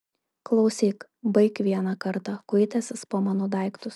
klausyk baik vieną kartą kuitęsis po mano daiktus